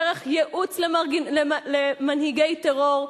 דרך ייעוץ למנהיגי טרור,